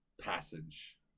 Passage